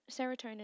serotonin